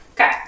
Okay